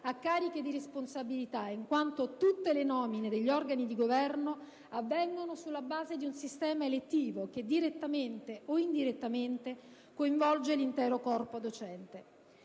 a cariche di responsabilità, in quanto tutte le nomine degli organi di governo avvengono sulla base di un sistema elettivo che, direttamente o indirettamente, coinvolge l'intero corpo docente.